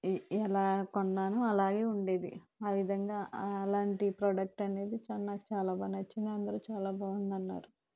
ఈ ఎలా కొన్నానో అలాగే ఉండేది ఆవిధంగా అలాంటి ప్రోడక్ట్ అనేది చాలా నాకు చాలా నచ్చింది అందరూ చాలా బాగుంది అన్నారు